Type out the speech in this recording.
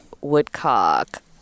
woodcock